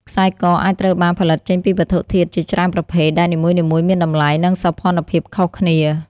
ខ្សែ ក អាចត្រូវបានផលិតចេញពីវត្ថុធាតុជាច្រើនប្រភេទ ដែលនីមួយៗមានតម្លៃ និងសោភ័ណភាពខុសគ្នា។